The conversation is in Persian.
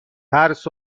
ترس